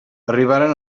arribaren